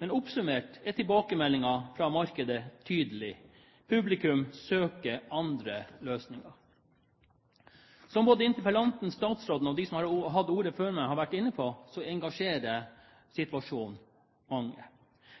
Men oppsummert er tilbakemeldingen fra markedet tydelig. Publikum søker andre løsninger. Som både interpellanten, statsråden og de som har hatt ordet før meg, har vært inne på, engasjerer situasjonen mange.